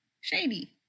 Shady